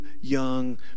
young